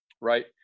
right